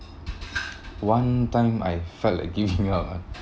one time I felt like giving up ah